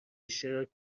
اشتراک